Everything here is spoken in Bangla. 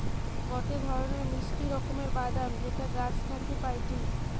গটে ধরণের মিষ্টি রকমের বাদাম যেটা গাছ থাকি পাইটি